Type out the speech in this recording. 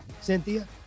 Cynthia